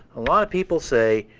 a lot of people say,